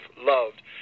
loved